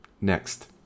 next